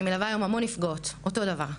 אני מלווה היום המון נפגעות, אותו דבר.